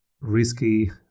risky